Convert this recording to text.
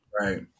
Right